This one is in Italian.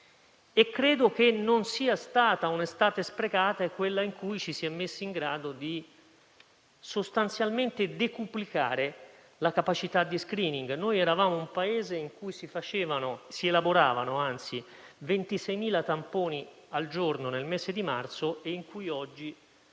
Credo che non sia stata un'estate sprecata quella in cui ci si è messi in grado sostanzialmente di decuplicare la capacità di *screening*: eravamo un Paese in cui si si elaboravano 26.000 tamponi al giorno nel mese di marzo, mentre oggi